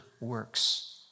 works